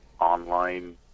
online